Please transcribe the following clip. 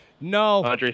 no